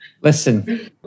listen